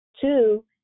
Two